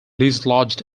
dislodged